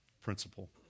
principle